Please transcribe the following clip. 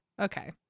Okay